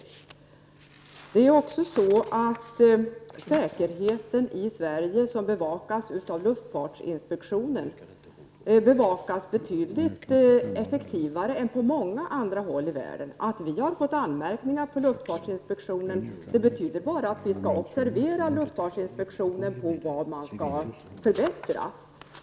Luftfartsinspektionen bevakar flygsäkerheten i Sverige, och den är betydligt effektivare än på många andra håll i världen. Att det har framförts anmärkningar mot luftfartsinspektionen betyder att vi skall observera inspektionen på vad som måste förbättras.